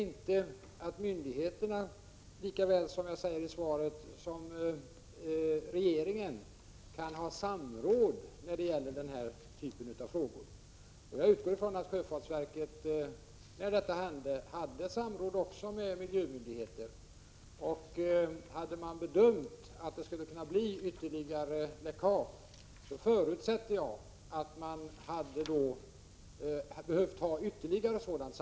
Men detta utesluter inte, som jag säger i svaret, att myndigheterna och regeringen kan samråda när det gäller den här typen av frågor. Jag utgår ifrån att sjöfartsverket när detta hände hade samråd också med miljömyndigheter. Hade man bedömt att det skulle kunna bli ytterligare läckage förutsätter jag att man hade behövt ytterligare samråd.